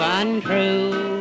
untrue